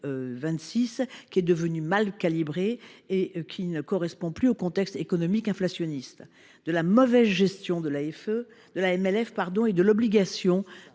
qui est devenu mal calibré et qui ne correspond plus au contexte économique inflationniste, de la mauvaise gestion de la MLF et de l’obligation